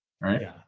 right